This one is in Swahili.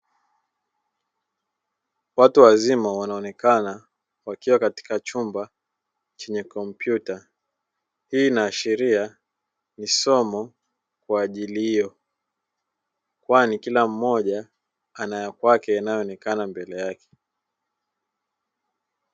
Watu wazima wanaonekana wakiwa katika chumba chenye kompyuta. Hii inaashiria ni somo kwa ajili hiyo kwani kila mmoja ana ya kwake inayoonekana mbele yake.